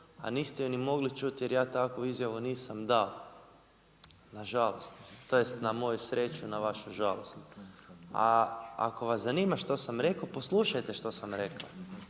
a niste ju ni mogli čuti jer ja takvu izjavu nisam dao, na žalost. To jest na moju sreću, na vašu žalost. A ako vas zanima što sam rekao poslušajte što sam rekao,